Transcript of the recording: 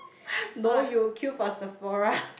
no you'll queue for Sephora